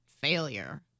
failure